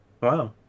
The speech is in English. Wow